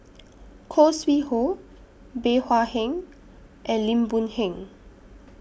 Khoo Sui Hoe Bey Hua Heng and Lim Boon Heng